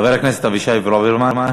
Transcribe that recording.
חבר הכנסת אבישי ברוורמן.